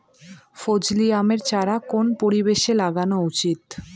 ফজলি আমের চারা কোন পরিবেশে লাগানো উচিৎ?